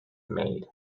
made